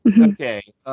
Okay